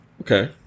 Okay